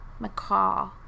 McCall